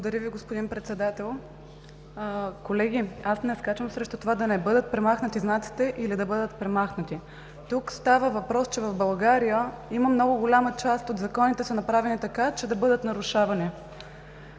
Благодаря, господин Председател. Колеги, аз не скачам срещу това да бъдат или да не бъдат премахнати знаците. Тук става въпрос, че в България много голяма част от законите са направени така, че да бъдат нарушавани.